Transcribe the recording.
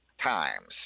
times